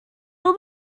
all